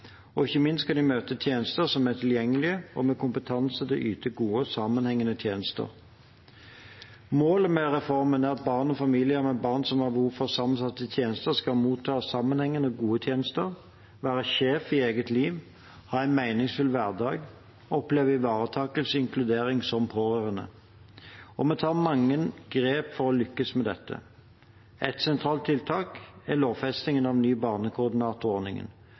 møte tjenester som er tilgjengelige, og med kompetanse til å yte gode og sammenhengende tjenester. Målet med reformen er at barn og familier med barn som har behov for sammensatte tjenester, skal motta sammenhengende og gode tjenester, være sjef i eget liv, ha en meningsfull hverdag og oppleve ivaretakelse og inkludering som pårørende. Vi tar mange grep for å lykkes med dette. Et sentralt tiltak er lovfestingen av den nye barnekoordinatorordningen.